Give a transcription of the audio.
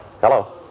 Hello